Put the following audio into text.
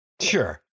sure